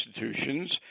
institutions